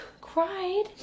Cried